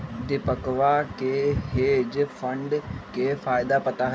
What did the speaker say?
दीपकवा के hedge fund के फायदा पता हई